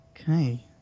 Okay